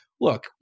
look